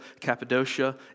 Cappadocia